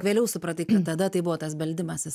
vėliau supratai kad tada tai buvo tas beldimasis